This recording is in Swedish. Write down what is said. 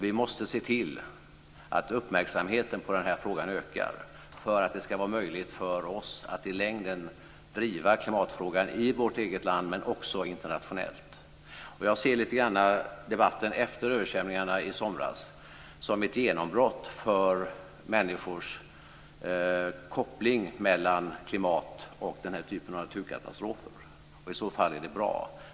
Vi måste se till att uppmärksamheten på den här frågan ökar för att det i längden ska vara möjligt för oss att driva klimatfrågan i vårt eget land men också internationellt. Jag ser lite grann debatten efter översvämningarna i somras som ett genombrott för människors koppling mellan klimat och den här typen av naturkatastrofer. I så fall är det bra.